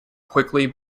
quickly